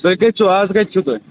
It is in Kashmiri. تُہۍ کتہِ چھُ آز کتہِ چھُو تُہۍ